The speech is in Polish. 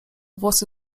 włosy